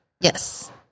Yes